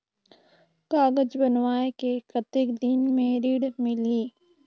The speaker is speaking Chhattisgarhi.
कागज बनवाय के कतेक दिन मे ऋण मिलही?